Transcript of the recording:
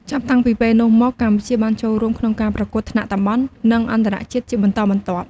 ចាប់តាំងពីពេលនោះមក កម្ពុជាបានចូលរួមក្នុងការប្រកួតថ្នាក់តំបន់ និងអន្តរជាតិជាបន្តបន្ទាប់។